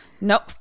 nope